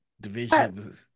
Division